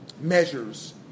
measures